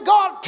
God